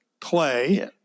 play